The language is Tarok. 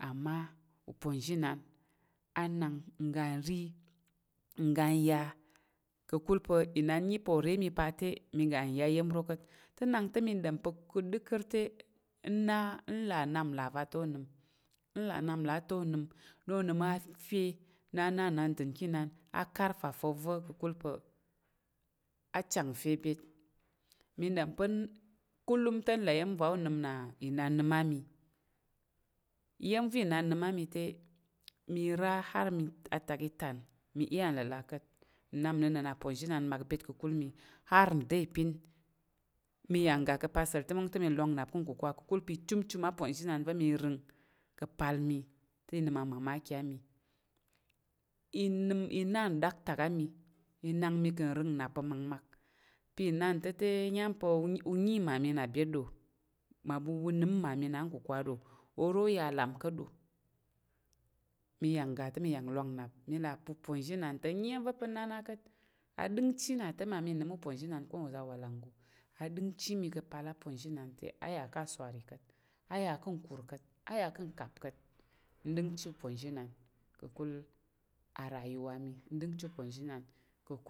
Amma uponzhi inan a nang ng ga ng ri, ng ga ng ya kakul pa inan nyi pa orə mə pa té mé ga ng ya iyəm ro kat. Te nang tə mə dom pa dəkər tə ng na- ng la nnap la va to onəm. Ng la nnapla ta onəm na onem a fyə tə, na a na nanadər kə inan a "karfaf" ozo kakul pa a chang ng fyé byət. Mə dom pa kulum tə ngla iyəm va onəm na inan nəm amə. Iyəm vo inan nəm amə tə mə ra har atak itan mə iya ng lela kat. Ng nap ng nənən aponzhi inan mak byet kakul mə har nda, ipin mə yang ga ka pa səl tə mə wong tə mə iwang nnap kən kukwa kakul pa ichumchum aponzhi inan vo mə ring kapal mə tə inəm a "mamaki" a mə. Inəm, ina ng daktak a mə inang mə kən ring ng nnap pa makmak pa inan to tə nyam pa u nyi ng ma mə na byət do? Ma bu bu nəm ng ma mə na byət kə kukwa do? Oro ya lam kat do? Mə yang ng ga tə mə yang lwang nnap, mə lapo uponzhi inan ta ng nyi iyəm va pa ng nana kat. A dəngchi nato mami nəm uponzhi inan ko ng za awalang ng go. A dəngchi mə kapal aponzhi inan tə aya ka swari kat. A ya kən kur kat, a ya kən kap kat. Ng dəngchi uponzhi inan kakul a "rayuwa" mə. Ng dəngchi uponzhi inan kakul